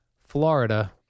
Florida